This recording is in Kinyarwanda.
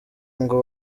ngo